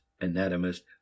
anatomist